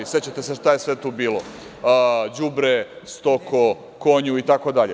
Sećate se šta je sve tu bilo, đubre, stoko, konju itd.